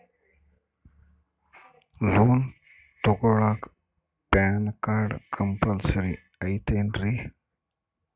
Loan ತೊಗೊಳ್ಳಾಕ PAN card compulsory ಐಯ್ತೇನ್ರಿ?